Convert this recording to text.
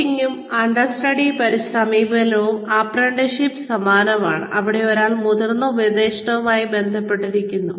കോച്ചിംഗും understudy സമീപനവും അപ്രന്റീസ്ഷിപ്പിന് സമാനമാണ് അവിടെ ഒരാൾ ഒരു മുതിർന്ന ഉപദേഷ്ടാവുമായി ബന്ധപ്പെട്ടിരിക്കുന്നു